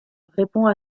répond